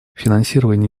финансирование